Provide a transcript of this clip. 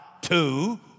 two